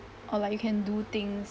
or like you can do things